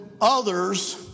others